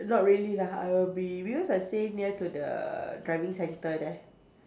not really lah I will be because I stay near to the driving centre there